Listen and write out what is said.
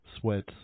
Sweats